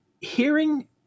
hearing